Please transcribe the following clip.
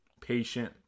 patient